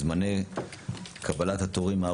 הזמנים הארוכים בקבלת התורים,